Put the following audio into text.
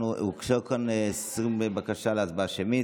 הוגשה כאן בקשה להצבעה שמית.